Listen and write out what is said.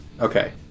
Okay